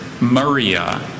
Maria